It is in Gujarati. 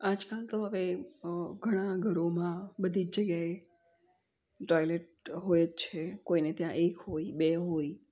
આજકાલ તો હવે ઘણા ઘરોમાં બધી જ જગ્યાએ ટોયલેટ હોય જ છે કોઈને ત્યાં એક હોય બે હોય